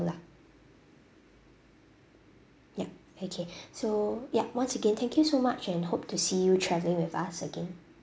lah yup okay so yup once again thank you so much and hope to see you travelling with us again